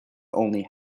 only